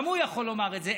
גם הוא יכול לומר את זה.